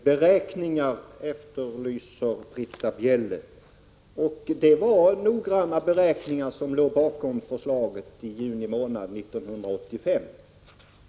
Herr talman! Britta Bjelle efterlyser beräkningar. Det var noggranna beräkningar som låg bakom förslaget i juni månad 1985.